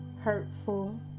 hurtful